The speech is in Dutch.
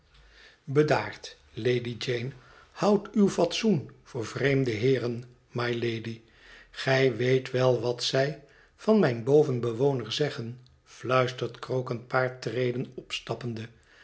lady jane houd uw fatsoen voor vreemde heeren mylady gij weet wel wat zij van mijn bovenbewoner zeggen fluistert krook een paar treden opstappende